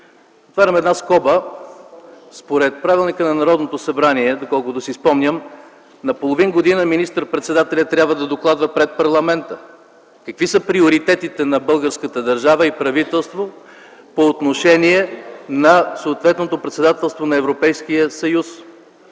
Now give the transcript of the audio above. Отварям една скоба – според правилника на Народното събрание, доколкото си спомням, на половин година министър-председателят трябва да докладва пред парламента какви са приоритетите на българската държава и правителството по отношение на съответното председателство на Европейския съюз.